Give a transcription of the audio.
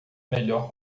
melhor